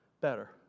better